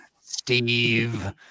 steve